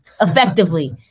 effectively